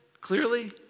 clearly